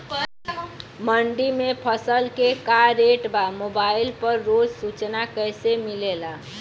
मंडी में फसल के का रेट बा मोबाइल पर रोज सूचना कैसे मिलेला?